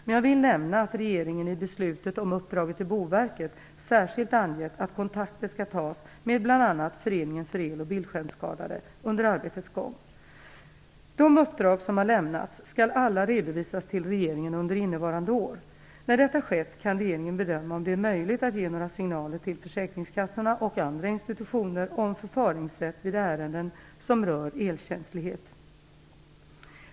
Men jag vill nämna att regeringen i beslutet om uppdraget till Boverket särskilt har angett att kontakter tas med bl.a. Föreningen för el och bildskärmsskadade under arbetets gång. De uppdrag som har lämnats skall alla redovisas till regeringen under innevarande år. När detta skett kan regeringen bedöma om det är möjligt att ge några signaler till försäkringskassorna och till andra institutioner om förfaringssätt vid ärenden som berör elkänslighet.